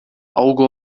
auge